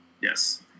Yes